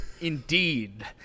Indeed